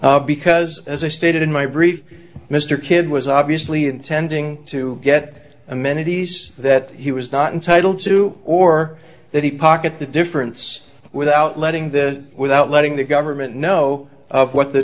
ok because as i stated in my brief mr kid was obviously intending to get amenities that he was not entitled to or that he pocket the difference without letting the without letting the government know of what the